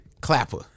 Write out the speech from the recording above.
clapper